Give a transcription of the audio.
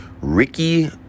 Ricky